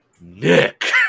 nick